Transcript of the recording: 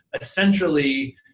essentially –